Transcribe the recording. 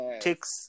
takes